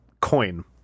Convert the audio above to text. coin